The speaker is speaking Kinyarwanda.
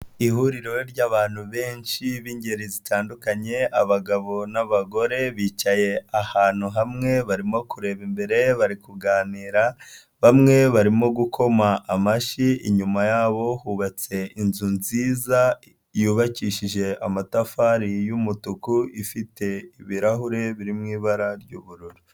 Ihuriro ry'abantu benshi b'ingeri zitandukanye abagabo n'abagore bicaye ahantu hamwe barimo kureba imbere bari kuganira bamwe barimo gukoma amashyi, inyuma yabo hubatse inzu nziza yubakishije amatafari y'umutuku ifite ibirahure biri mu ibara ry'ubururu.